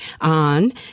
on